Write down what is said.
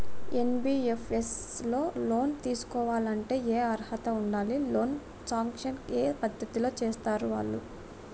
NBFS లో loan తీస్కోవాలంటే ఏం అర్హత ఉండాలి? లోన్ సాంక్షన్ ఏ పద్ధతి లో చేస్తరు వాళ్లు?